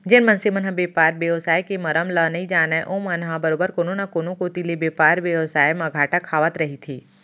जेन मन ह बेपार बेवसाय के मरम ल नइ जानय ओमन ह बरोबर कोनो न कोनो कोती ले बेपार बेवसाय म घाटा खावत रहिथे